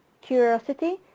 curiosity